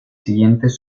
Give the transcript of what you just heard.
siguientes